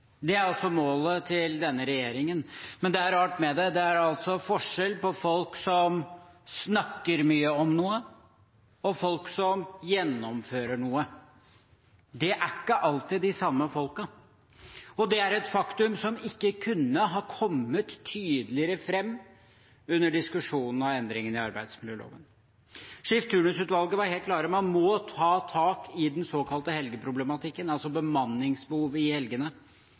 det er altså forskjell på folk som snakker mye om noe, og folk som gjennomfører noe. Det er ikke alltid de samme folkene. Det er et faktum som ikke kunne ha kommet tydeligere fram under diskusjonen om endringene i arbeidsmiljøloven. Skift/turnusutvalget var helt klar – man må ta tak i den såkalte helgeproblematikken, altså bemanningsbehovet i helgene.